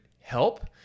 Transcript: help